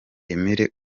emile